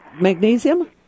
magnesium